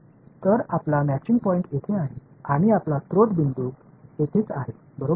तर आपला matching point येथे आहे आणि आपला स्त्रोत बिंदू येथेच आहे बरोबर आहे